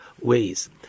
ways